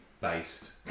based